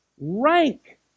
rank